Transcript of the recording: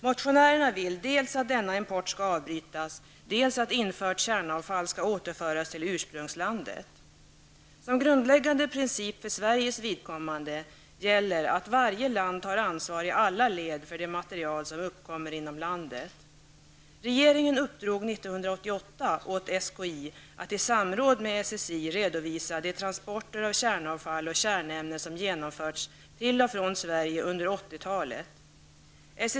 Motionärerna vill dels att denna import skall avbrytas, dels att infört kärnavfall skall återföras till ursprungslandet. Som grundläggande princip för Sveriges vidkommande gäller att varje land tar ansvar i alla led för det material som uppkommer inom landet. Regeringen uppdrog 1988 åt SKI att i samråd med SSI redovisa de transporter av kärnavfall och kärnämnen som genomförts till och från Sverige under 80-talet.